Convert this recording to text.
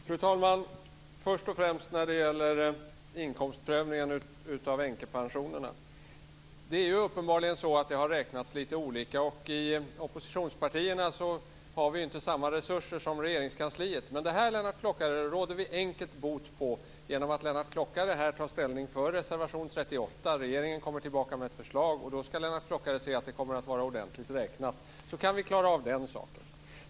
Fru talman! Först vill jag säga en sak när det gäller inkomstprövningen av änkepensionerna. Det är uppenbarligen så att det har räknats lite olika. I oppositionspartierna har vi inte samma resurser som Regeringskansliet. Men det råder vi enkelt bot på genom att Lennart Klockare här tar ställning för reservation 38 och regeringen kommer tillbaka med ett förslag. Då ska Lennart Klockare se att det kommer att vara ordentligt räknat. Så kan vi klara av den saken.